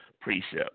precept